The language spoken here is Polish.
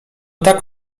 tak